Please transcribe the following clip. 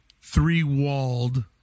three-walled